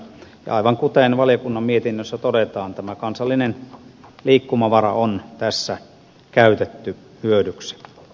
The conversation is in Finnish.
ja aivan kuten valiokunnan mietinnössä todetaan kansallinen liikkumavara on tässä käytetty hyödyksi